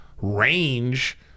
range